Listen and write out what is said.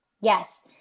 Yes